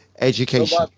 education